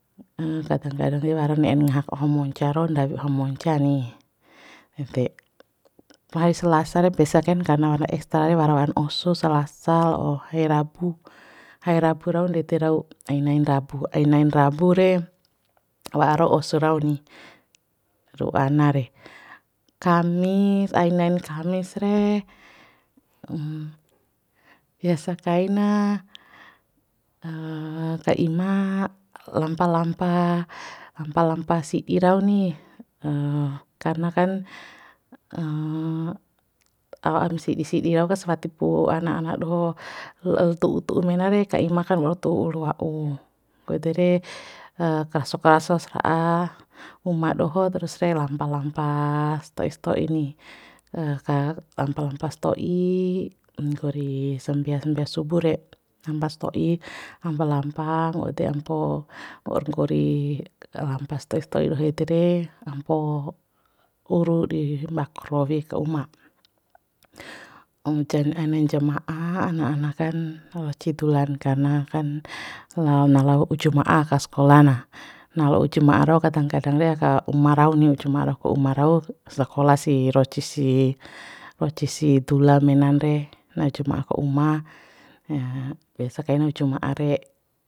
kadang kadang re wara ne'en ngahak oha monca raun ndawi oha monca ni ede ma hari selasa re biasa kain karna warna ekstra re wara wa'an osu selasa la'o hari rabu hari rabu raun ndede rau ainain rabu ainain rabu re wara osu rau ni ru'u ana re kamis ai nain kamis re biasa kaina ka ima lampa lampa lampa lampa sidi rau ni karna kan ao aim sidi sidi rau ka sawatipu ana ana doho tu'u tu'u mena re ka ima ka waur tu'u ulu wa'u nggo ede re karaso karaso sara'a uma doho trus re lampa lampa sto'i sto'i ni lampa lampa sto'i nggori sambea sambea subu re lampa sto'i hampa lampa nggo ede ampo waur nggori lampa sto'i sto'i doho ede de ampo uru di mbakor lowi ka uma umjan ainain jama'a ana ana kan roci dulan karna kan laon na lao ujuma'a kas skola na na ujuma'a rau kadang kadang re aka uma rau ni juma'a rau ka uma rau sakola sih roci si roci si dula menan re na juma'a aka uma biasa kain juma'a re